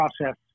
process